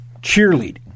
cheerleading